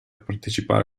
partecipare